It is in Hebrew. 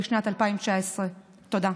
בשנת 2019. תודה.